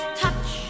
touch